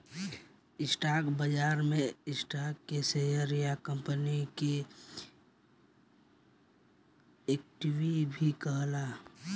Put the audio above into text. stock बाजार में stock के शेयर या कंपनी के इक्विटी भी कहाला